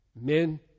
Men